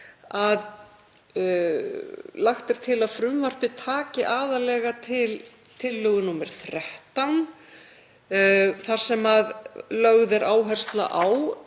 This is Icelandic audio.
að lagt er til að frumvarpið taki aðallega til tillögu nr. 13 þar sem lögð er áhersla á